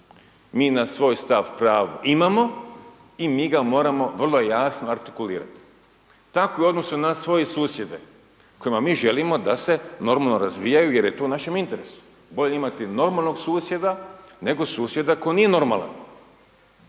Mi na svoj stav pravo imamo, i mi ga moramo vrlo jasno artikulirati. Takvi odnosi .../Govornik se ne razumije./... i na susjede, kojima mi želimo da se normalno razvijaju, jer je to u našem interesu, bolje imati normalnog susjeda, nego susjeda tko nije normalan.